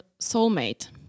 soulmate